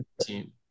team